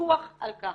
פיקוח על כך.